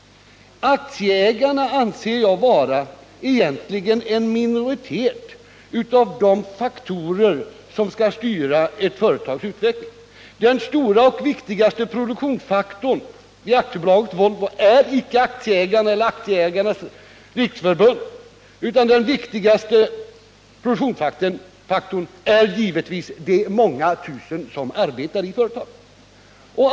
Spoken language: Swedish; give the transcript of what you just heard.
Jag anser att aktieägarna egentligen inte är viktigast av de faktorer som skall styra ett företags utveckling. Den stora och viktigaste produktionsfaktorn i AB Volvo är icke aktieägarna eller Aktieägarnas riksförbund, utan den viktigaste produktionsfaktorn är givetvis de många tusen som arbetar i företaget.